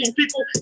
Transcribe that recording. people